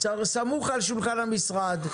סמוך על שולחן המשרד.